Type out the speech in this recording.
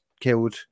killed